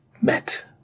met